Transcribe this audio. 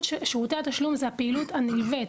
שירותי התשלום זו פעילות נלווית,